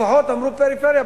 לפחות אמרו פריפריה,